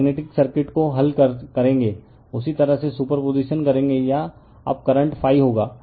जब magnetic circuit को हल करेंगे उसी तरह से सुपरपोजीशन करेंगे या अब करंट होगा